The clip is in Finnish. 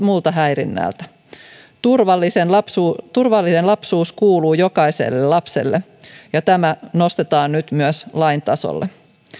muulta häirinnältä turvallinen lapsuus turvallinen lapsuus kuuluu jokaiselle lapselle ja tämä nostetaan nyt myös lain tasolle